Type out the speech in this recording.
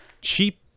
cheap